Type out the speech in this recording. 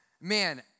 man